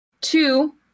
two